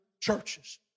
churches